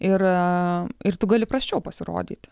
ir ir tu gali prasčiau pasirodyt